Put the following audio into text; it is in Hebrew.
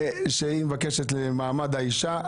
שהיא מבקשת הוועדה למעמד האישה.